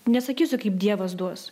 nesakysiu kaip dievas duos